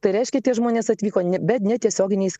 tai reiškia tie žmonės atvyko ne bet netiesioginiais